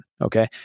Okay